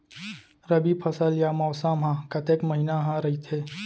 रबि फसल या मौसम हा कतेक महिना हा रहिथे?